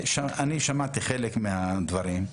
ואני שמעתי חלק מהדברים,